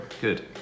Good